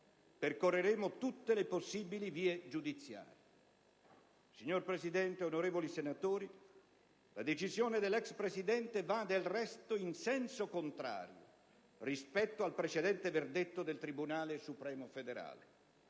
Percorreremo tutte le possibili vie giudiziarie. Signor Presidente, onorevoli senatori, la decisione dell'ex Presidente va, del resto, in senso contrario rispetto al precedente verdetto del Tribunale supremo federale.